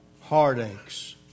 heartaches